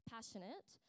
Passionate